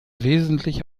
wesentlich